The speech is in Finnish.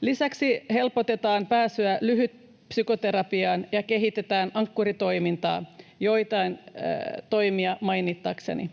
Lisäksi helpotetaan pääsyä lyhytpsykoterapiaan ja kehitetään Ankkuri-toimintaa — joitain toimia mainitakseni.